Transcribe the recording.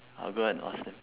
I will go and ask them